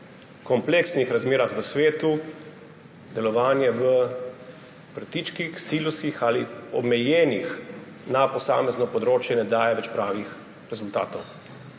kompleksnih razmerah v svetu delovanje v vrtičkih, silosih, omejenih na posamezno področje, ne daje več pravih rezultatov.